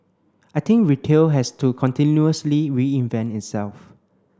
I think retail has to continuously reinvent itself